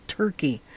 turkey